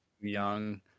young